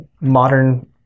modern